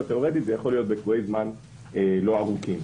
אבל תיאורטית זה יכול להיות בקבועי זמן לא ארוכים.